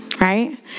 right